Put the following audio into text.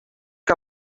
que